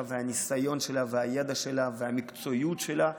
והניסיון שלה והידע שלה והמקצועיות שלה,